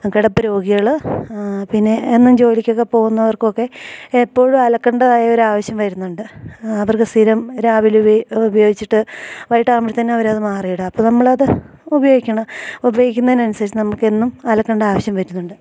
കിടപ്പ് രോഗികള് പിന്നെ എന്നും ജോലിക്കൊക്കെ പോകുന്നവർക്കൊക്കെ എപ്പോഴും അലക്കേണ്ടതായ ഒരാവശ്യം വരുന്നുണ്ട് അവർക്ക് സ്ഥിരം രാവിലെ ഉപയോഗിച്ചിട്ട് വൈകിട്ടാകുമ്പത്തേക്ക് അവരത് മാറിയിടും അപ്പം നമ്മളത് ഉപയോഗിക്കണ ഉപയോഗിക്കുന്നതിനനുസരിച്ച് നമുക്കെന്നും അലക്കണ്ട ആവശ്യം വരുന്നുണ്ട്